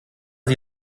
sie